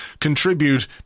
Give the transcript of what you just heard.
contribute